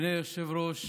אדוני היושב-ראש,